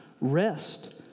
rest